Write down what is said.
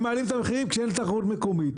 הם מעלים את המחירים כשאין תחרות מקומית.